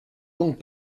donc